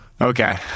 Okay